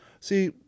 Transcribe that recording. See